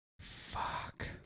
Fuck